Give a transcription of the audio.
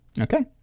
Okay